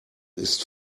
ist